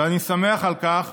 ואני שמח על כך